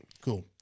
Cool